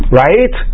right